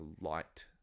light